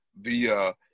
via